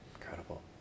Incredible